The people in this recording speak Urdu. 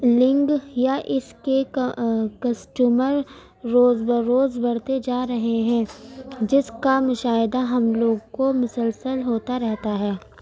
لینگ یا اس کے کا کسٹومر روز بہ روز بڑھتے جا رہے ہیں جس کا مشاہدہ ہم لوگ کو مسلسل ہوتا رہتا ہے